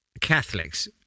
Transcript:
Catholics